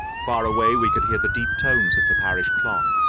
far away we could hear the deep tones of the parish clock,